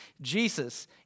Jesus